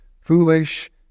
foolish